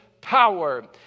power